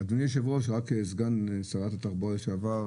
אדוני היושב הראש רק סגן שרת התרבות לשעבר,